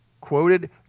quoted